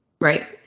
Right